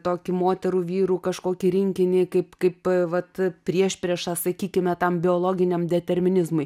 tokį moterų vyrų kažkokį rinkinį kaip kaip vat priešpriešą sakykime tam biologiniam determinizmui